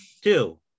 two